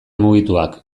mugituak